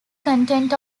content